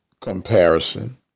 comparison